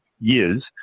years